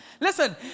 Listen